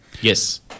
Yes